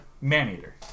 Maneater